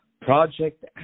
Project